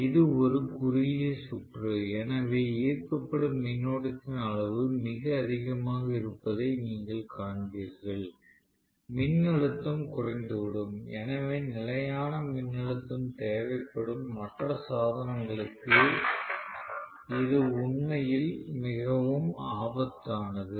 இது ஒரு குறுகிய சுற்று எனவே ஈர்க்கப்படும் மின்னோட்டத்தின் அளவு மிக அதிகமாக இருப்பதை நீங்கள் காண்பீர்கள் மின்னழுத்தம் குறைந்துவிடும் எனவே நிலையான மின்னழுத்தம் தேவைப்படும் மற்ற சாதனங்களுக்கு இது உண்மையில் மிகவும் ஆபத்தானது